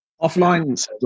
Offline